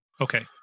Okay